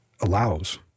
allows